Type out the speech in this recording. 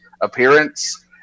appearance